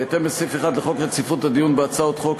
בהתאם לסעיף 1 לחוק רציפות הדיון בהצעות חוק,